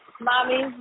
Mommy